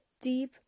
deep